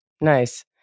Nice